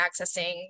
accessing